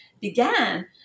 began